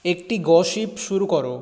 একটি গসিপ শুরু করো